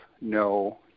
no